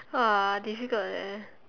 !wah! difficult leh